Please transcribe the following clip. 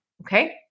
Okay